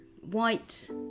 white